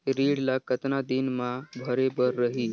ऋण ला कतना दिन मा भरे बर रही?